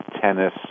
tennis